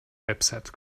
website